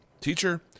teacher